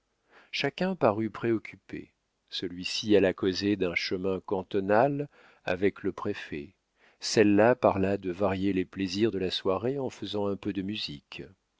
chacun parut préoccupé celui-ci alla causer d'un chemin cantonal avec le préfet celle-là parla de varier les plaisirs de la soirée en faisant un peu de musique